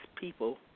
people